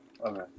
Okay